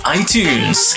iTunes